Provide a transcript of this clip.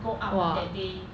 go out on that day